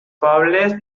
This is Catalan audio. pobles